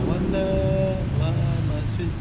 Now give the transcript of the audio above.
when the